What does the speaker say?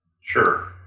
Sure